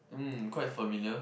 mm quite familiar